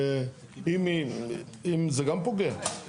שאם היא, אם, זה גם פוגע.